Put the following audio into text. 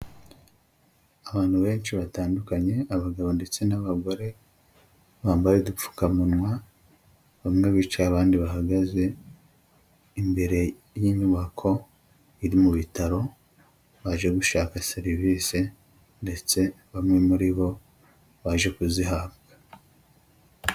Abantu benshi batandukanye abagabo ndetse n'abagore bambaye udupfukamunwa, bamwe bicaye abandi bahagaze imbere y'inyubako iri mu bitaro baje gushaka serivisi ndetse bamwe muri bo baje kuzihabwa.